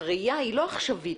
הראייה היא לא עכשיוית,